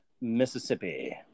Mississippi